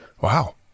Wow